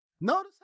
No